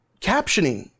captioning